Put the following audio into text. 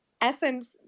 essence